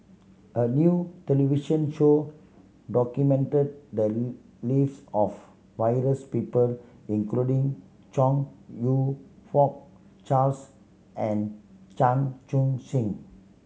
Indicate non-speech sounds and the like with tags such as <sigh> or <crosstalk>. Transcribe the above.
a new television show documented the <unintelligible> lives of various people including Chong You Fook Charles and Chan Chun Sing